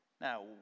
Now